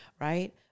right